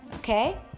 okay